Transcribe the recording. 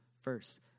first